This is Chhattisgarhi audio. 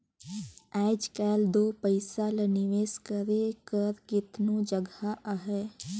आएज काएल दो पइसा ल निवेस करे कर केतनो जगहा अहे